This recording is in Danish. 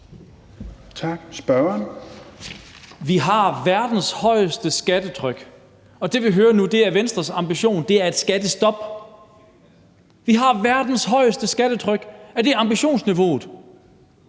Vi har verdens højeste skattetryk, og det, vi hører nu, er, at Venstres ambition er et skattestop. Vi har verdens højeste skattetryk. Er det ambitionsniveauet?